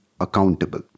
accountable